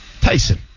Tyson